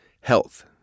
Health